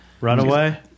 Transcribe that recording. Runaway